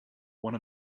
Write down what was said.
one